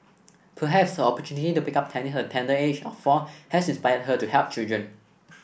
perhaps her opportunity to pick up tennis at the tender age of four has inspired her to help children